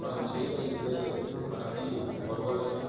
మనం చేయగలిగితే మనకీ బరువనేది